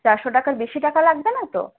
চারশো টাকার বেশি টাকা লাগবে না তো